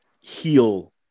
heal